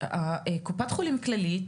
קופת חולים כללית